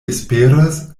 esperas